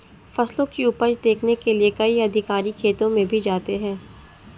फसलों की उपज देखने के लिए कई अधिकारी खेतों में भी जाते हैं